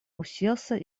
уселся